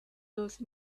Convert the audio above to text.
those